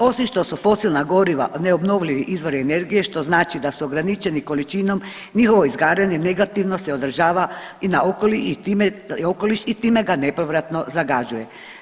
Osim što su fosilna goriva ne obnovljivi izvori energije što znači da su ograničeni količinom njihovo izgaranje negativno se odražava i na okoliš i time ga nepovratno zagađuje.